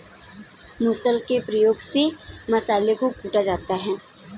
मुसल के प्रयोग से मसालों को कूटा जाता है